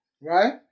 right